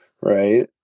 right